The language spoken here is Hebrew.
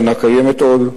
אינה קיימת עוד,